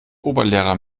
oberlehrer